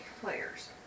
Players